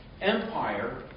empire